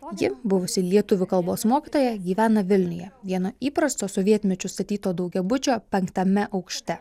o ji buvusi lietuvių kalbos mokytoja gyvena vilniuje vieno įprasto sovietmečiu statyto daugiabučio penktame aukšte